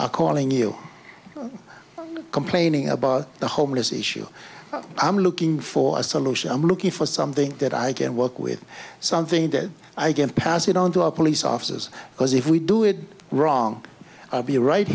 are calling you complaining about the homeless issue i'm looking for a solution i'm looking for something that i can work with something that i can pass it on to our police officers because if we do it wrong i'll be right